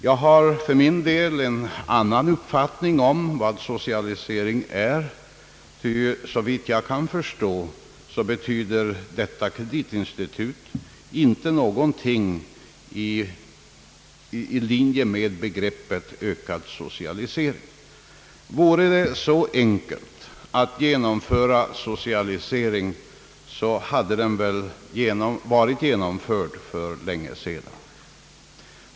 Jag har en annan uppfattning om vad socialisering är, ty såvitt iag kan förstå betyder detta kreditinstitut inte någonting i linje med begreppet ökad socialisering. Vore det så enkelt att genomföra socialisering så hade den väl varit genomförd för länge sedan.